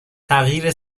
تغییر